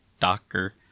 Docker